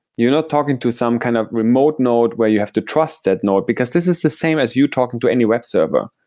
you're not talking to some kind of remote node where you have to trust that node, because this is the same as you talking to any web server.